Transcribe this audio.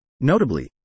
Notably